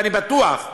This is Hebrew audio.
ואני בטוח,